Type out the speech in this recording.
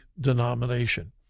denomination